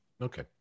Okay